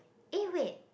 eh wait